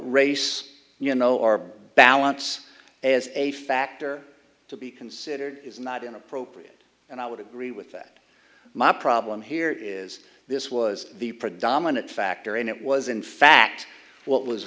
race you know our ballots as a factor to be considered is not inappropriate and i would agree with that my problem here is this was the predominant factor and it was in fact what was